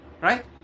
Right